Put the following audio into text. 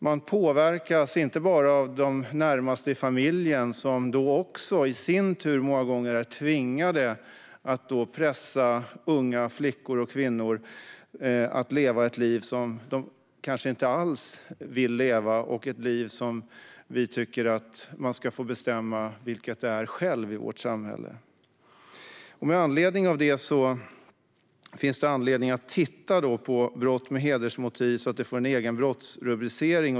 De påverkas inte bara av de närmaste i familjen som i sin tur många gånger är tvingade att pressa unga flickor och kvinnor att leva ett liv som de kanske inte alls vill leva. Vi tycker att de själva ska få bestämma vilket liv det är i vårt samhälle. Det finns anledning att titta på brott med hedersmotiv så att det får en egen brottsrubricering.